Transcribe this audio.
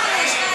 לא מעניין אותנו.